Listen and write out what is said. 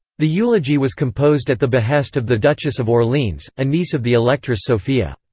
the eulogy was composed at the behest of the duchess of orleans, a niece of the electress sophia.